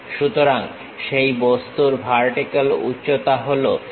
সুতরাং সেই বস্তুর ভার্টিক্যাল উচ্চতা হল H